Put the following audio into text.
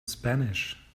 spanish